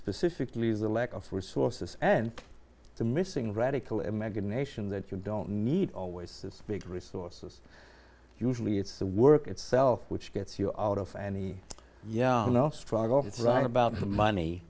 specifically is the lack of resources and the missing radical imagination that you don't need always to speak resources usually it's the work itself which gets you out of any yeah you know struggle it isn't about money